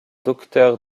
docteur